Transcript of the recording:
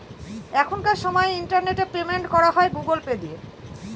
এখনকার সময় internet payment করা হয় গুগুল পে দিয়ে